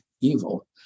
evil